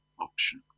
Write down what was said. option